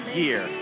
year